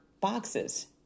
boxes